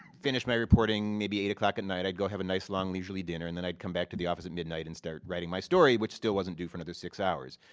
finish my reporting maybe eight o'clock at night. i'd go have a nice, long, leisurely dinner and then i'd come back to the office and midnight and start writing my story, which still wasn't due for the six hours.